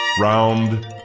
Round